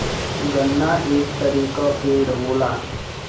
गन्ना एक तरे क पेड़ होला